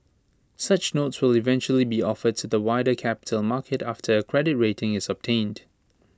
such notes will eventually be offered to the wider capital market after A credit rating is obtained